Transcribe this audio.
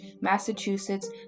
Massachusetts